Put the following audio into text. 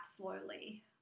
slowly